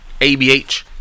ABH